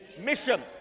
Mission